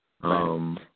Right